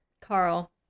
Carl